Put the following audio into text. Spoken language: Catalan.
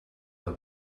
del